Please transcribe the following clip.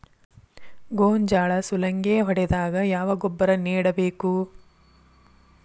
ಗೋಂಜಾಳ ಸುಲಂಗೇ ಹೊಡೆದಾಗ ಯಾವ ಗೊಬ್ಬರ ನೇಡಬೇಕು?